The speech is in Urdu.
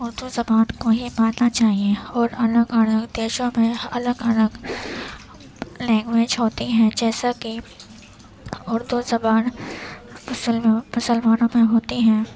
اردو زبان کو ہی ماننا چاہیے اور الگ الگ دیشوں میں الگ الگ لینگویج ہوتی ہیں جیسا کہ اردو زبان مسل مسلمانوں میں ہوتی ہے